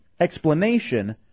explanation